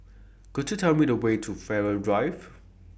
Could YOU Tell Me The Way to Farrer Drive